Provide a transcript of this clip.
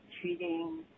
treating